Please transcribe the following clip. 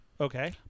okay